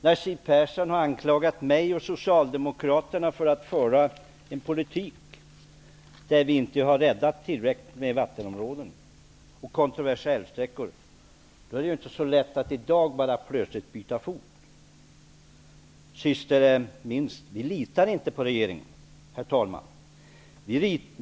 När Siw Persson har anklagat mig och Socialdemokraterna för att föra en politik där vi inte har räddat tillräckligt med vattenområden och kontroversiella älvsträckor, är det inte så lätt som att i dag plötsligt bara byta fot. Herr talman! Vi litar inte på regeringen.